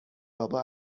بابا